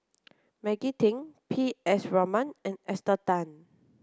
Maggie Teng P S Raman and Esther Tan